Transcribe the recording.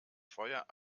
feuer